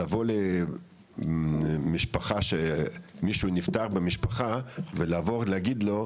לבוא למשפחה שמישהו נפטר במשפחה ולהגיד לו,